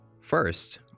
First